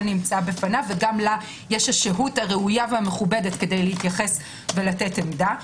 בפניו וגם לה יש השהות הראויה והמכובדת כדי להתייחס ולתת עמדה.